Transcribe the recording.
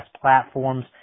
platforms